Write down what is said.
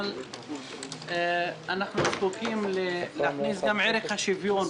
אבל אנחנו זקוקים להכניס פה את ערך השוויון,